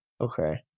Okay